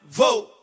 vote